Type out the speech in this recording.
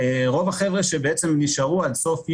רוב החבר'ה שנשארו עד סוף יוני,